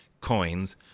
coins